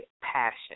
passion